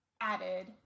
added